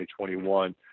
2021